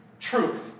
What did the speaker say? Truth